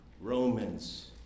romans